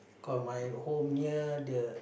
cause my home near the